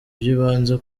byibanze